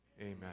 Amen